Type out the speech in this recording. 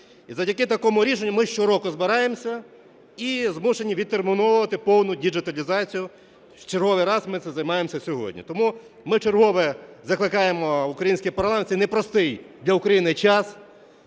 І завдяки такому рішенню ми щороку збираємося і змушені відтерміновувати повну діджиталізацію, в черговий раз ми цим займаємося сьогодні. Тому ми вчергове закликаємо український парламент в цей непростий для України час